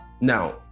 Now